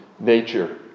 Nature